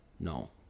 No